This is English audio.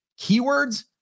keywords